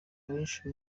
abenshi